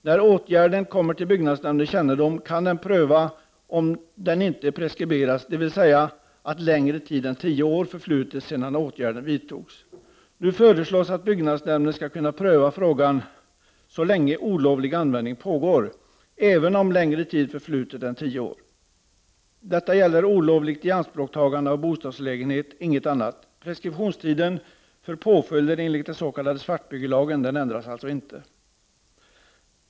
När åtgärden kommer till byggnadsnämndens kännedom kan den prövas om den inte preskriberats, dvs. om inte längre tid än tio år förflutit sedan åtgärden vidtogs. Nu föreslås att byggnadsnämnden skall kunna pröva frågan så länge olovlig användning pågår, även om längre tid förflutit än tio år. Detta gäller olovligt ianspråktagande av bostadslägenhet, ingenting annat. Preskriptionstiden för påföljder enligt den s.k. svartbyggelagen ändras alltså inte.